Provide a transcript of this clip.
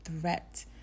threat